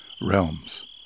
realms